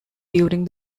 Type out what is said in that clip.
during